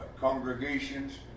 congregations